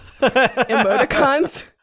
emoticons